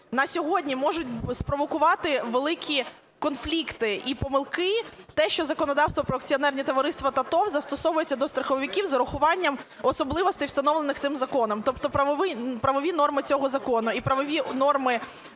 на сьогодні може спровокувати великі конфлікти і помилки те, що законодавство про акціонерні товариства та ТОВ застосовується до страховиків з урахуванням особливостей, встановлених цим законом. Тобто правові норми цього закону і правові норми,